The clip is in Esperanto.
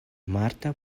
marta